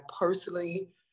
personally